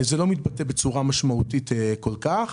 זה לא מתבטא בצורה משמעותית כל כך.